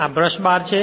આ brush bar છે